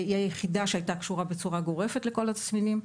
היא היחידה שהייתה קשורה בצורה גורפת לכל התסמינים.